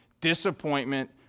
disappointment